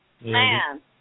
Man